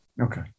Okay